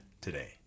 today